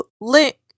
link